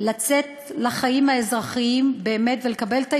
לצאת לחיים האזרחיים, באמת, ולקבל את ההזדמנויות,